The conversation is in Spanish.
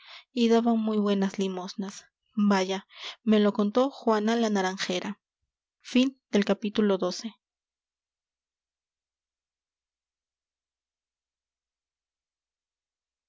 y daban muy buenas limosnas vaya me lo contó juana la naranjera con